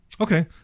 Okay